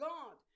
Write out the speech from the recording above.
God